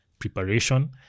preparation